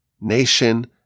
nation